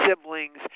siblings